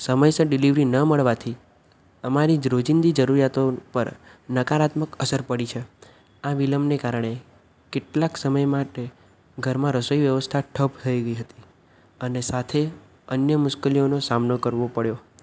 સમયસર ડિલિવરી ન મળવાથી અમારી રોજીંદી જરૂરિયાતો પર નકારાત્મક અસર પડી છે આ વિલંબને કારણે કેટલાક સમય માટે ઘરમાં રસોઈ વ્યવસ્થા ઠપ થઈ ગઈ હતી અને સાથે અન્ય મુશ્કેલીઓનો સામનો કરવો પડ્યો